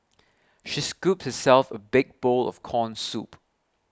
she scooped herself a big bowl of Corn Soup